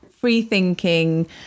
free-thinking